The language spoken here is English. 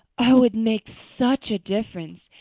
oh, it makes such a difference.